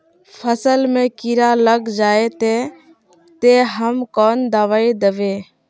फसल में कीड़ा लग जाए ते, ते हम कौन दबाई दबे?